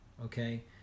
Okay